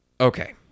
Okay